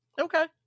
Okay